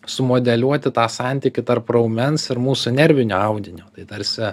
sumodeliuoti tą santykį tarp raumens ir mūsų nervinio audinio tai tarsi